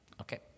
Okay